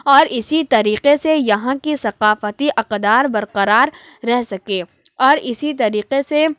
اور اسی طریقے سے یہاں کی ثقافتی اقدار برقرار رہ سکے اور اسی طریقے سے